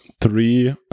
three